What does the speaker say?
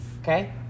okay